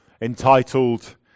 entitled